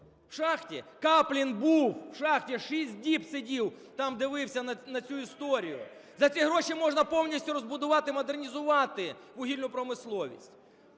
в шахті. Каплін був в шахті, 6 діб сидів там, дивився на цю історію. За ці гроші можна повністю розбудувати і модернізувати вугільну промисловість.